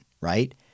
right